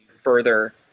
further